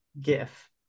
Gif